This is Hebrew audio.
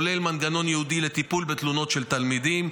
כולל מנגנון ייעודי לטיפול בתלונות של תלמידים,